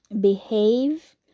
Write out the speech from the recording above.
behave